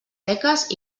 beques